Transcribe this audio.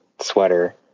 sweater